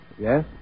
Yes